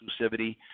exclusivity